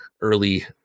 early